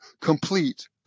complete